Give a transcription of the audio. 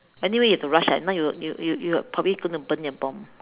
anyway you have to rush and now you you you probably gonna burn your bomb